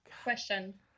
question